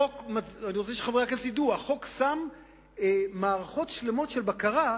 אני רוצה שחברי הכנסת ידעו: החוק שם מערכות שלמות של בקרה,